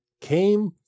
came